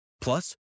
Plus